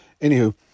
Anywho